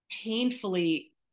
painfully